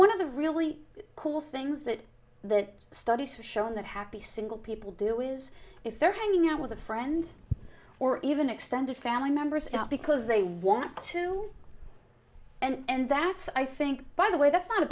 one of the really cool things that the studies have shown that happy single people do is if they're hanging out with a friend or even extended family members it's because they want to and that's i think by the way that's not a